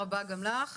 תודה רבה גם לך.